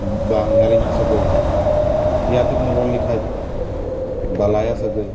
ᱵᱟᱼᱦᱧᱦᱟᱨᱤᱧᱟᱜ ᱥᱟᱹᱜᱟᱹᱭ ᱯᱮᱭᱟ ᱛᱮᱵᱚᱱ ᱨᱚᱲ ᱞᱮᱠᱷᱟᱱ ᱵᱟᱞᱟᱭᱟ ᱥᱟᱹᱜᱟᱹᱭ